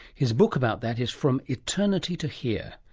his book about that is from eternity to here.